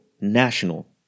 national